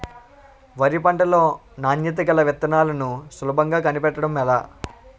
వరి పంట లో నాణ్యత గల విత్తనాలను సులభంగా కనిపెట్టడం ఎలా?